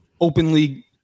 openly